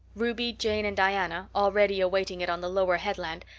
ruby, jane, and diana, already awaiting it on the lower headland,